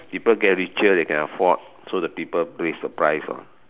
people get richer they can afford so the people pays the price lor